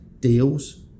deals